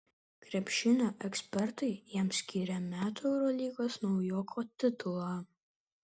krepšinio ekspertai jam skyrė metų eurolygos naujoko titulą